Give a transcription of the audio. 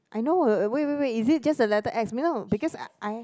I know wait wait wait is it just the letter X no because I